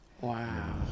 Wow